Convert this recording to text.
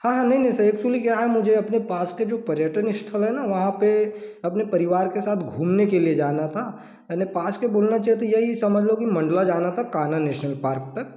हाँ हाँ नहीं नहीं सर एक्चुअली क्या है मुझे अपने पास के जो पर्यटन स्थल है न वहाँ पर अपने परिवार के साथ घूमने के लिए जाना था यानि पास के बोलना चाहे तो यही समझ लो कि मंडला जाना था कान्हा नेशनल पार्क तक